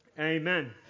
Amen